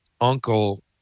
uncle